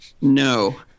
no